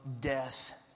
death